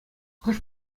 хӑш